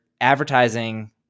advertising